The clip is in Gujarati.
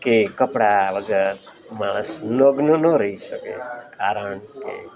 કે કપડા વગર માણસ નગ્ન ના રહી શકે કારણ કે